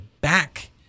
back